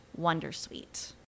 Wondersuite